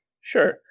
Sure